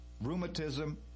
rheumatism